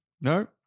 No